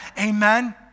Amen